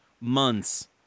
months